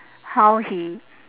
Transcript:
how he